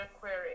query